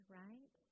right